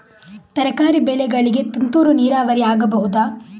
ತರಕಾರಿ ಬೆಳೆಗಳಿಗೆ ತುಂತುರು ನೀರಾವರಿ ಆಗಬಹುದಾ?